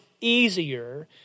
easier